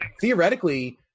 theoretically